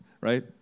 Right